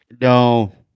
No